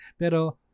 pero